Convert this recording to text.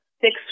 six